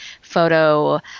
photo